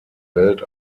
welt